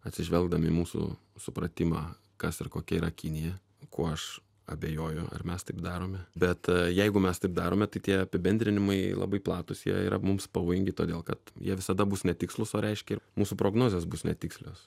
atsižvelgdami į mūsų supratimą kas ir kokia yra kinija kuo aš abejoju ar mes taip darome bet jeigu mes taip darome tai tie apibendrinimai labai platūs jie yra mums pavojingi todėl kad jie visada bus netikslūs o reiškia mūsų prognozės bus netikslios